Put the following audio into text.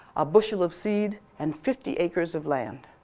a bushel of seed, and fifty acres of land,